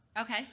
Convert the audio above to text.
Okay